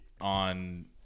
on